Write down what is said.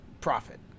profit